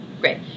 Great